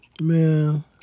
Man